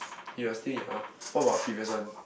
you're still in your what about previous one